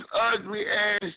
ugly-ass